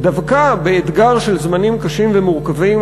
דווקא באתגר של זמנים קשים ומורכבים,